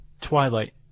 twilight